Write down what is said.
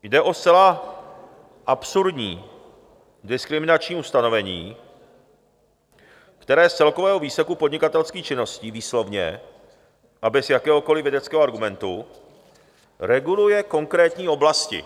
Jde o zcela absurdní diskriminační ustanovení, které z celkového výseku podnikatelských činností výslovně a bez jakéhokoliv vědeckého argumentu reguluje konkrétní oblasti.